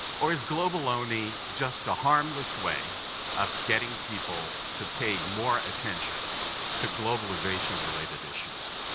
or is globaloney just a harmless way of getting people to pay more attention to globalization-related issues?